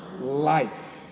Life